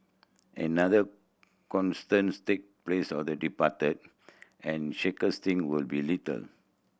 another take place of the departed and thing will be little